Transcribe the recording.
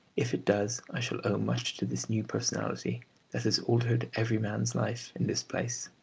if it does i shall owe much to this new personality that has altered every man's life in this place.